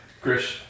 Chris